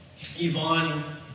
Yvonne